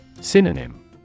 Synonym